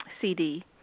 CD